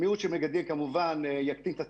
מיעוט של מגדלים, כמובן, יקטין את התחרות,